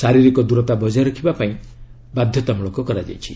ଶାରୀରିକ ଦୂରତା ବଜାୟ ରଖିବାକୁ ମଧ୍ୟ ବାଧ୍ୟତାମୂଳକ କରାଯାଇଛି